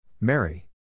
Mary